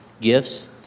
gifts